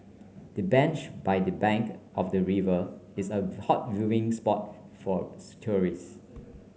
the bench by the bank of the river is a hot viewing spot for for tourists